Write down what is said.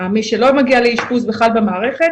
מי שלא מגיע לאשפוז בכלל במערכת,